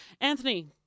Anthony